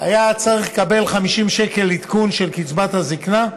היה צריך לקבל 50 שקל עדכון של קצבת הזקנה.